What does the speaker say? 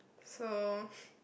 so